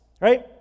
right